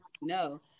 no